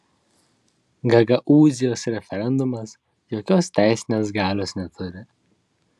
gagaūzijos referendumas jokios teisinės galios neturi